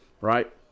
right